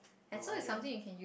but why do you want to